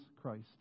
Christ